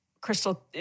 Crystal